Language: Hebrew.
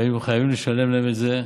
והיינו חייבים לשלם להם את זה,